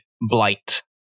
blight